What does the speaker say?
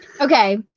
okay